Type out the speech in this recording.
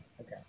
Okay